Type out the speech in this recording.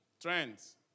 Trends